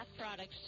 products